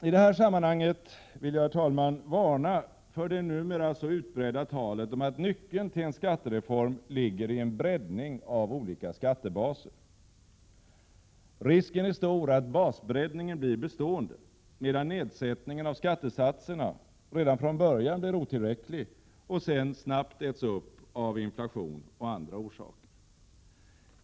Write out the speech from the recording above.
I det här sammanhanget vill jag, herr talman, varna för det numera så utbredda talet om att nyckeln till en skattereform ligger i en breddning av olika skattebaser. Risken är stor att basbreddningen blir bestående, medan nedsättningen av skattesatserna redan från början blir otillräcklig och sedan snabbt äts upp av inflation och andra orsaker.